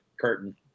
curtain